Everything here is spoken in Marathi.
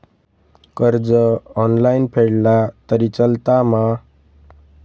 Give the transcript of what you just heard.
कर्ज ऑनलाइन फेडला तरी चलता मा?